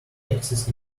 axis